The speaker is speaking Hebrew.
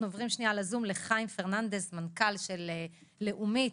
אנחנו עוברים לחיים פרננדס, מנכ"ל לאומית